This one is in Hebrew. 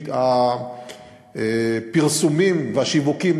הפרסומים והשיווקים